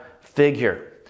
figure